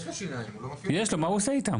יש לו, מה הוא עושה איתם?